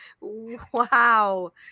Wow